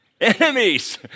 enemies